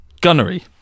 gunnery